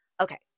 Okay